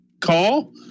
call